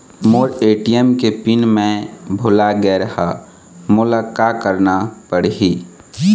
मोर ATM के pin मैं भुला गैर ह, मोला का करना पढ़ही?